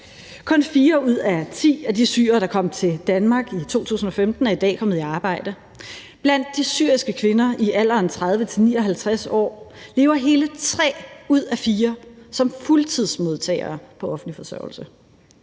Kun fire ud af ti af de syrere, der kom til Danmark i 2015, er i dag kommet i arbejde. Blandt de syriske kvinder i alderen 30-59 år lever hele tre ud af fire som fuldtidsmodtagere på offentlig forsørgelse.